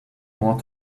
more